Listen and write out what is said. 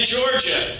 Georgia